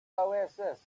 oasis